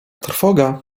trwoga